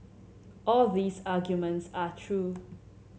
all these arguments are true